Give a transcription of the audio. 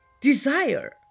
desire